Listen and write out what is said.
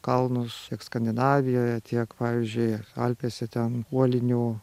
kalnus tiek skandinavijoje tiek pavyzdžiui alpėse ten uolinių